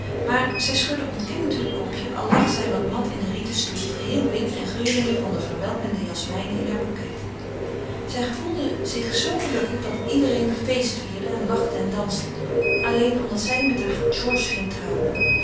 maar zij schudde ontkennend heur kopje al lag zij wat mat in een rieten stoel geheel wit en geurende van de verwelkende jasmijnen in haren bouquet zij gevoelde zich zoo gelukkig dat iedereen feestvierde en lachte en danste alleen omdat zij met haar georges ging trouwen